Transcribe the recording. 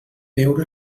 veure